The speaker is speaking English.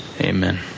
amen